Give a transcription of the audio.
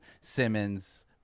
simmons